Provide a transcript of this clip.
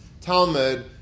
Talmud